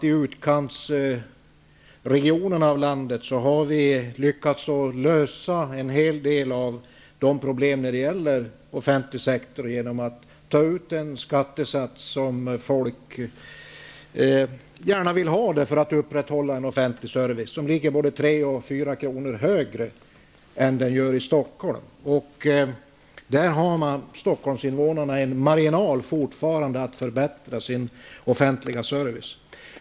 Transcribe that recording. I utkantsregionerna i landet har vi lyckats lösa en hel del av problemen inom den offentliga sektorn genom att ta ut den skattesats som folk gärna vill ha för att upprätthålla en offentlig service. Denna skatt är både tre och fyra kronor högre än skatten i Stockholm. Invånarna i Stockholm har således fortfarande en marginal för att kunna förbättra sin offentliga service.